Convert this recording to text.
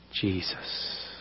Jesus